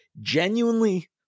genuinely